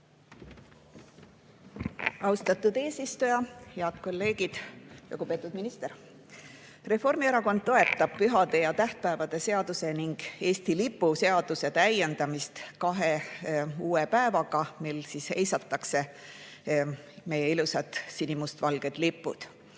Austatud eesistuja! Head kolleegid! Lugupeetud minister! Reformierakond toetab pühade ja tähtpäevade seaduse ning Eesti lipu seaduse täiendamist kahe uue päevaga, mil heisatakse meie ilusad sinimustvalged lipud.